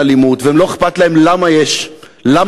ואין אלימות ולא אכפת להם למה זה התעורר,